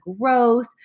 growth